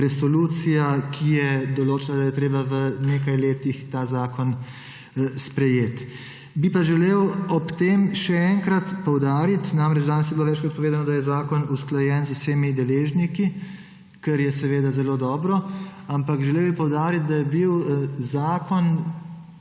resolucija, ki je določala, da je treba v nekaj letih ta zakon sprejeti. Bi pa želel ob tem še enkrat poudariti, namreč, danes je bilo večkrat povedano, da je zakon usklajen z vsemi deležniki, kar je seveda zelo dobro, ampak želel bi poudariti, da je bil zakon